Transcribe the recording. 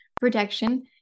protection